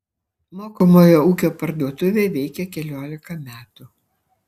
mokomojo ūkio parduotuvė veikia keliolika metų